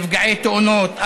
נפגעי תאונות,